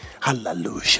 hallelujah